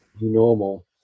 normal